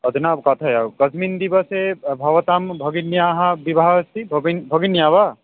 अधुना कथय कस्मिन् दिवसे भवतां भगिन्याः विवाहः अस्ति भगिन्याः वा